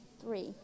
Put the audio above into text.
Three